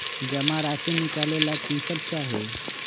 जमा राशि नकालेला कि सब चाहि?